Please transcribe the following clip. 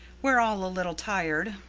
we're all a little tired.